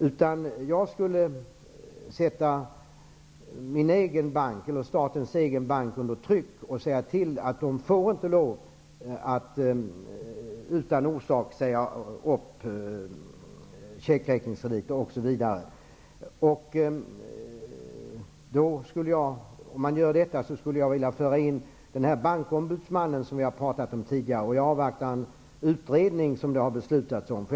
I ert ställe skulle jag sätta statens egen bank under tryck och säga till att den inte får lov att utan orsak säga upp checkräkningskrediter osv. Om man gör detta skulle jag vilja föra in den bankombudsman som vi har talat om tidigare. Det har beslutats om en utredning som vi avvaktar.